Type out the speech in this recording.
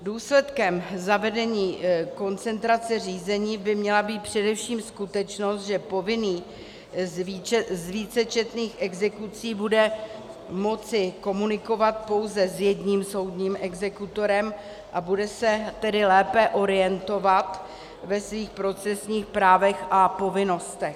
Důsledkem zavedení koncentrace řízení by měla být především skutečnost, že povinný z vícečetných exekucí bude moci komunikovat pouze s jedním soudním exekutorem, a bude se tedy lépe orientovat ve svých procesních právech a povinnostech.